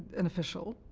an official,